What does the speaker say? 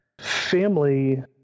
Family